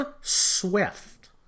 Swift